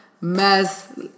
mess